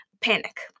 panic